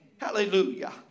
Hallelujah